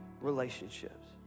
relationships